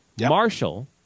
Marshall